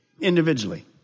individually